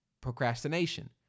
procrastination